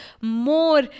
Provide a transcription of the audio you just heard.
more